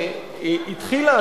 שהתחילה,